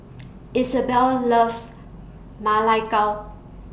Isabelle loves Ma Lai Gao